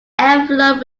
envelope